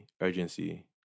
urgency